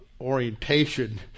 orientation